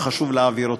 וחשוב להעביר אותו.